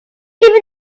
even